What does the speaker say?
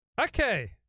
Okay